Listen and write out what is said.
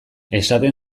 esaten